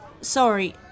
sorry